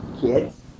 kids